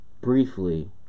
briefly